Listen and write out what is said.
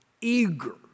eager